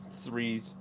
three